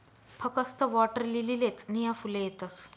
फकस्त वॉटरलीलीलेच नीया फुले येतस